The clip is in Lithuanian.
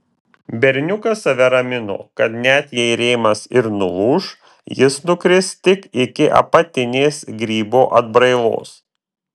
berniukas save ramino kad net jei rėmas ir nulūš jis nukris tik iki apatinės grybo atbrailos